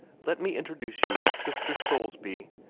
let me introduce you to sister soulsby.